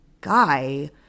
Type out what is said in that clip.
guy